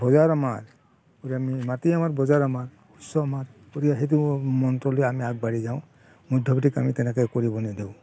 বজাৰ আমাৰ গতিকে আমি মাটি আমাৰ বজাৰ আমাৰ শস্য আমাৰ গতিকে সেইটো মন্ত্ৰ লৈ আমি আগবাঢ়ি যাওঁ মধ্যভোগীক আমি তেনেকৈ কৰিব নিদিওঁ